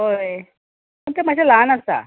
हय तुमचें म्हाजें ल्हान आसा